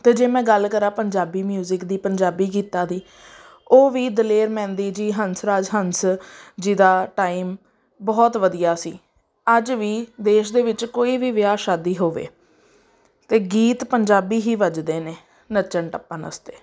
ਅਤੇ ਜੇ ਮੈਂ ਗੱਲ ਕਰਾਂ ਪੰਜਾਬੀ ਮਿਊਜ਼ਿਕ ਦੀ ਪੰਜਾਬੀ ਗੀਤਾਂ ਦੀ ਉਹ ਵੀ ਦਲੇਰ ਮਹਿੰਦੀ ਜੀ ਹੰਸਰਾਜ ਹੰਸ ਜੀ ਦਾ ਟਾਈਮ ਬਹੁਤ ਵਧੀਆ ਸੀ ਅੱਜ ਵੀ ਦੇਸ਼ ਦੇ ਵਿੱਚ ਕੋਈ ਵੀ ਵਿਆਹ ਸ਼ਾਦੀ ਹੋਵੇ ਤਾਂ ਗੀਤ ਪੰਜਾਬੀ ਹੀ ਵੱਜਦੇ ਨੇ ਨੱਚਣ ਟੱਪਣ ਵਾਸਤੇ